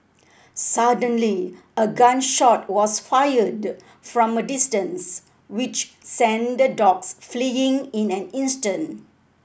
suddenly a gun shot was fired from a distance which sent the dogs fleeing in an instant